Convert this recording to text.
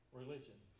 religion